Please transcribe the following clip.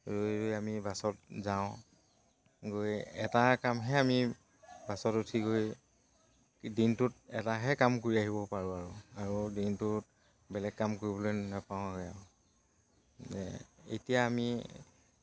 ৰৈ ৰৈ আমি বাছত যাওঁ গৈ এটা কামহে আমি বাছত উঠি গৈ দিনটোত এটাহে কাম কৰি আহিব পাৰোঁ আৰু আৰু দিনটোত বেলেগ কাম কৰিবলৈ নাপাওঁগৈ আৰু এতিয়া আমি